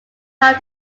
have